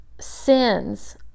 sins